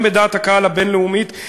גם בדעת הקהל הבין-לאומית,